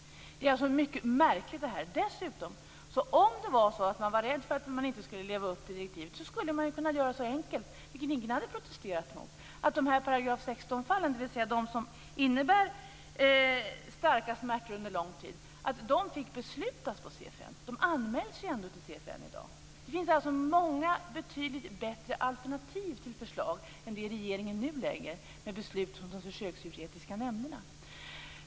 Det är alltså mycket märkligt detta. Om det dessutom var så att man var rädd för att man inte skulle leva upp till direktivet skulle man ju kunna göra det så enkelt, vilket ingen hade protesterat mot, att de här § 16-fallen, dvs. de som innebär starka smärtor under lång tid, fick beslutas på CFN. De anmäls ju ändå till CFN i dag. Det finns alltså många betydligt bättre alternativ till förslag än det regeringen nu lägger fram om att beslut skall fattas hos de försöksdjursetiska nämnderna.